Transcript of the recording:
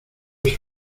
sus